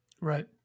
right